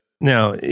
now